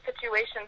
situations